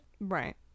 Right